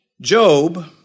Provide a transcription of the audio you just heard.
Job